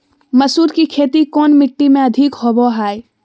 मसूर की खेती कौन मिट्टी में अधीक होबो हाय?